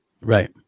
Right